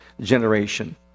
generation